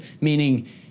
Meaning